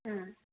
ꯎꯝ